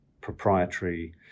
proprietary